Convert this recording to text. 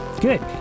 Good